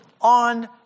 on